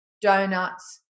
donuts